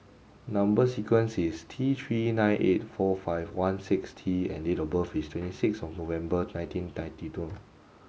number sequence is T three nine eight four five one six T and date of birth is twenty six of November nineteen ninety two